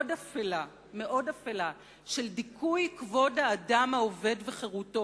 אפלה של דיכוי כבוד האדם העובד וחירותו,